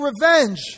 revenge